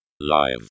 live